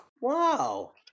Wow